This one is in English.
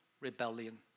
rebellion